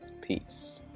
Peace